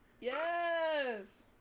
Yes